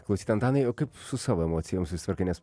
klausyt antanai o kaip su savo emocijom susitvarkai nes